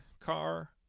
car